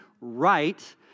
right